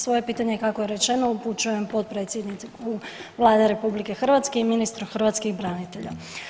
Svoje pitanje kako je rečeno upućujem potpredsjedniku Vlade RH i ministru hrvatskih branitelja.